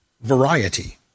variety